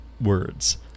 words